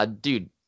Dude